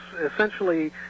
essentially